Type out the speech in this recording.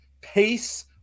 pace